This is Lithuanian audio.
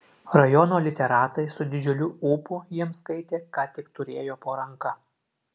rajono literatai su didžiuliu ūpu jiems skaitė ką tik turėjo po ranka